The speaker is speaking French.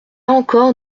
encore